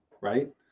right